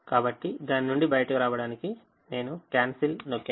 కాబట్టి దాని నుండి బయటకు రావడానికి నేను cancel నొక్కాను